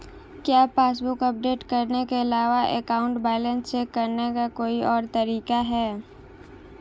क्या passbook update करने के अलावा अकाउंट बैलेंस चेक करने का कोई और तरीका है?